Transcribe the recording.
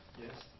Yes